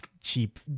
cheap